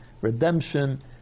redemption